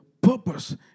purpose